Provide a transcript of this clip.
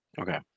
Okay